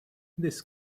this